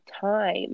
time